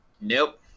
Nope